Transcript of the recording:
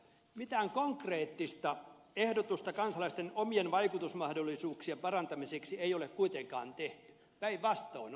mitään konkreettista ehdotusta kansalaisten omien vaikutusmahdollisuuksien parantamiseksi ei ole kuitenkaan tehty päinvastoin